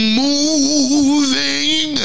moving